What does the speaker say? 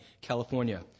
California